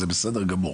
זה בסדר גמור